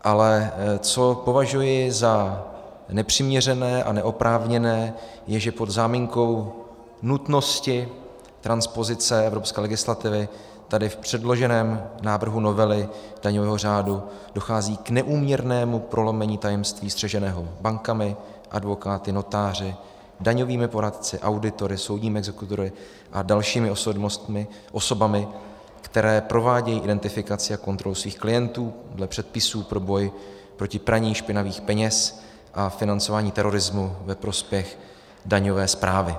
Ale co považuji za nepřiměřené a neoprávněné, je, že pod záminkou nutnosti transpozice evropské legislativy tady v předloženém návrhu novely daňového řádu dochází k neúměrnému prolomení tajemství střeženého bankami, advokáty, notáři, daňovými poradci, auditory, soudními exekutory a dalšími osobami, které provádějí identifikaci a kontrolu svých klientů dle předpisů pro boj proti praní špinavých peněz a financování terorismu ve prospěch daňové správy.